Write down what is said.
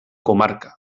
comarca